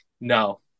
no